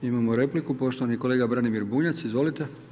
Imamo repliku, poštovani kolega Branimir Bunjac, izvolite.